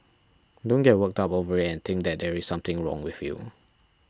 don't get worked up over it and think that there is something wrong with you